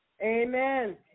Amen